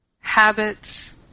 habits